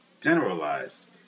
generalized